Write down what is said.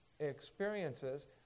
experiences